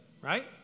right